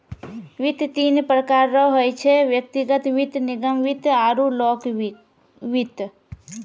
वित्त तीन प्रकार रो होय छै व्यक्तिगत वित्त निगम वित्त आरु लोक वित्त